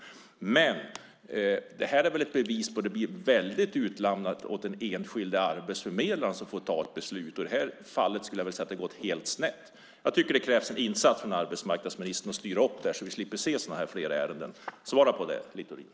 Men det här är väl ett bevis på att den enskilde arbetsförmedlaren, som får ta ett beslut, blir väldigt utlämnad. I det här fallet skulle jag vilja säga att det har gått helt snett. Jag tycker att det krävs en insats från arbetsmarknadsministern när det gäller att styra upp det här så att vi slipper se fler sådana här ärenden. Svara på det, Littorin!